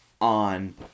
on